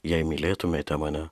jei mylėtumėte mane